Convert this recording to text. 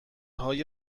های